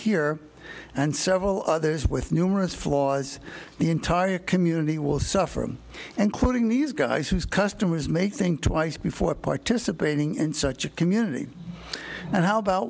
here and several others with numerous flaws the entire community will suffer and quoting these guys whose customers may think twice before participating in such a community and how about